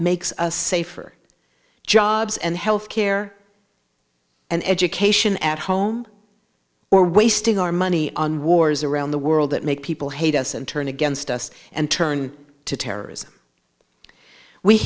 makes us safer jobs and health care and education at home or wasting our money on wars around the world that make people hate us and turn against us and turn to terrorism we